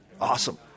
Awesome